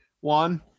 one